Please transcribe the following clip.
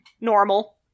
Normal